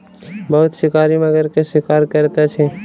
बहुत शिकारी मगर के शिकार करैत अछि